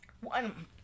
One